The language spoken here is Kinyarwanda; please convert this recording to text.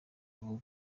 vuba